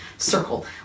circle